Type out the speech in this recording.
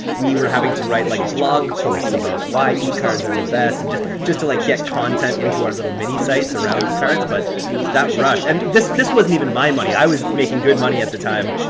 we were having to write like blog posts about why yeah e-cards are the best. and just just to like get content in to our little mini sites around e-cards. but that rush. and this this wasn't even my money. i was making good money at the time,